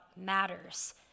matters